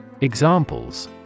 Examples